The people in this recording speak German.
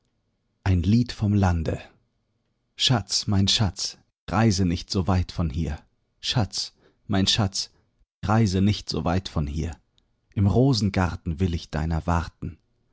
ein lied vom lande schatz mein schatz reise nicht so weit von hier schatz mein schatz reise nicht so weit von hier im rosengarten will ich deiner warten